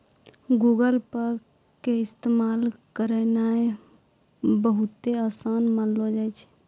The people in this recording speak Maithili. गूगल पे के इस्तेमाल करनाय बहुते असान मानलो जाय छै